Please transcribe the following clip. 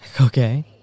Okay